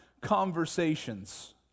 conversations